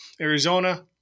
Arizona